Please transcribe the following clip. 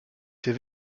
ses